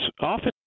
often